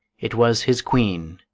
it was his queen,